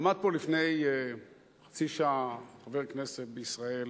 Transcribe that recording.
עמד פה לפני חצי שעה חבר כנסת בישראל